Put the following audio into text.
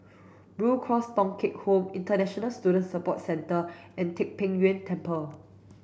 Blue Cross Thong Kheng Home International Student Support Centre and Tai Pei Yuen Temple